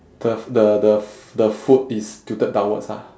the f~ the the f~ the foot is tilted downwards ah